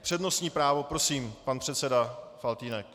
Přednostní právo, prosím, pan předseda Faltýnek.